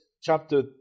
chapter